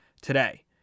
today